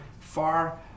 far